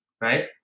right